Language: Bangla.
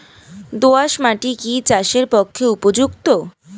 দোআঁশ মাটি কি চাষের পক্ষে উপযুক্ত?